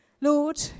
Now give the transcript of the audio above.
Lord